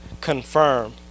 confirm